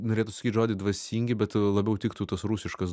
norėtųs sakyt žodį dvasingi bet labiau tiktų tas rusiškas